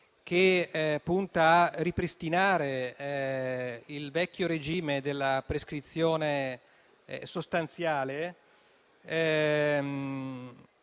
che punta a ripristinare il vecchio regime della prescrizione sostanziale.